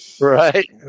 Right